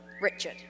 Richard